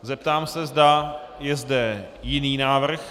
Zeptám se, zda je zde jiný návrh.